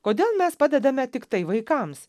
kodėl mes padedame tiktai vaikams